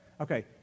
Okay